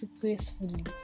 gracefully